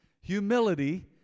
humility